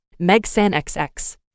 MegSanXX